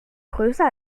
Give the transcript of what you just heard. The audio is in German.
größer